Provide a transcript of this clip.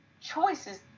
choices